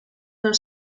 dal